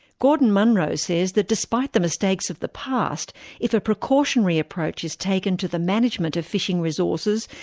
gordon munro says that despite the mistakes of the past if a precautionary approach is taken to the management of fishing resources,